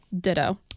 ditto